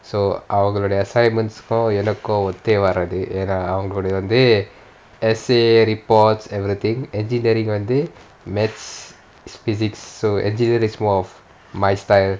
so அவங்களோடிய:avangalodiya assignments கும் எனக்கும் ஓத்தே வராது என்ன:kum yaenakkum othae varaathu enna essay reports everything engineering வந்து:vanthu mathematics physics so engineering is more of my style